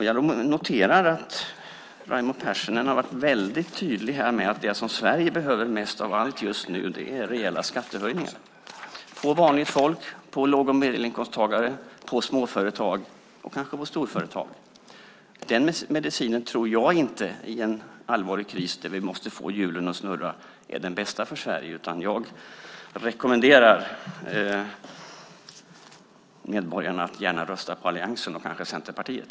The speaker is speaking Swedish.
Jag noterar att Raimo Pärssinen har varit väldigt tydlig här med att det som Sverige behöver mest av allt just nu är rejäla skattehöjningar, på vanligt folk, på låg och medelinkomsttagare, på småföretag och kanske på storföretag. Den medicinen tror jag inte är den bästa för Sverige i en allvarlig kris då vi måste få hjulen att snurra. Jag rekommenderar medborgarna att gärna rösta på alliansen, och kanske på Centerpartiet.